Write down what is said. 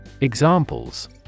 Examples